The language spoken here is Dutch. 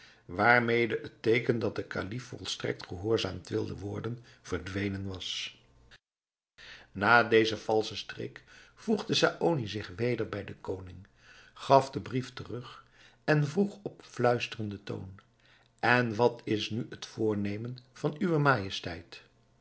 waarmede het teeken dat de kalif volstrekt gehoorzaamd wilde worden verdwenen was na deze valsche streek voegde saony zich weder bij den koning gaf den brief terug en vroeg op fluisterden toon en wat is nu het voornemen van uwe majesteit